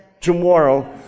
tomorrow